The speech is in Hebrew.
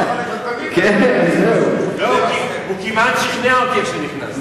הוא כמעט שכנע אותי כשנכנסתי.